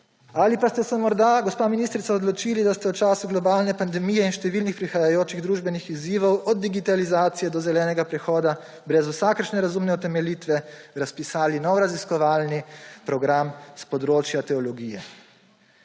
Ali pa ste se morda, gospa ministrica, odločili, da ste v času globalne pandemije in številnih prihajajočih družbenih izzivov, od digitalizacije do zelenega prehoda, brez vsakršne razumne utemeljitve razpisali nov raziskovalni program s področja teologije,